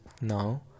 now